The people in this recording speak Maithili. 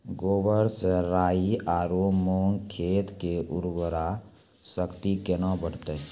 गोबर से राई आरु मूंग खेत के उर्वरा शक्ति केना बढते?